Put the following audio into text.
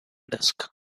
desk